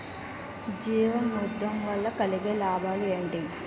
జీవామృతం వల్ల కలిగే లాభాలు ఏంటి?